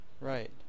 right